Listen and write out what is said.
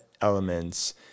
elements